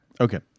Okay